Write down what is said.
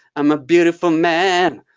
i'm a beautiful man.